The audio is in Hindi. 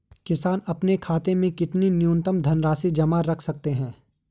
किसान अपने खाते में कितनी न्यूनतम धनराशि जमा रख सकते हैं?